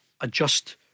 adjust